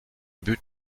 but